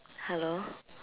hello